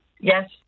yes